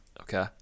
Okay